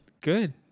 Good